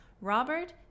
Robert